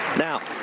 now,